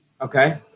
Okay